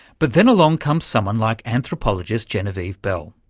but then along comes someone like anthropologist genevieve bell.